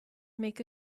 make